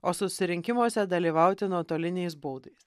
o susirinkimuose dalyvauti nuotoliniais būdais